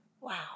Wow